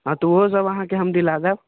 हँ तऽ ओहो सब अहाँके हम दिला देब